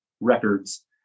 records